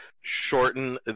shorten